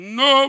no